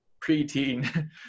preteen